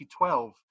2012